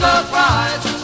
Surprise